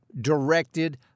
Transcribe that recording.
directed